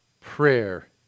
prayer